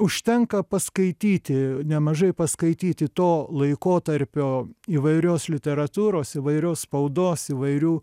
užtenka paskaityti nemažai paskaityti to laikotarpio įvairios literatūros įvairios spaudos įvairių